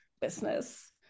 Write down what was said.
business